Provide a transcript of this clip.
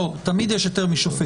לא, תמיד יש היתר משופט.